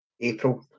April